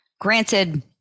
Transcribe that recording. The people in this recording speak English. Granted